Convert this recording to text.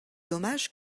dommage